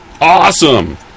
awesome